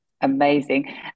Amazing